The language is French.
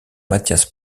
matthias